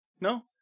No